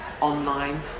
online